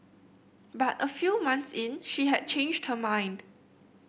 but a few months in she had changed her mind